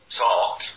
talk